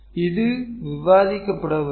இது விவாதிக்கப்படவில்லை